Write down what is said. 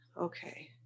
Okay